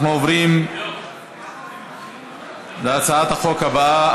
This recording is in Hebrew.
אנחנו עוברים להצעת החוק הבאה,